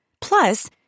Plus